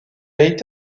été